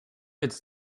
its